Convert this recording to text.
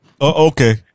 Okay